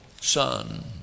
son